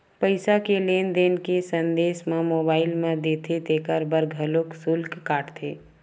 पईसा के लेन देन के संदेस ल मोबईल म देथे तेखर बर घलोक सुल्क काटथे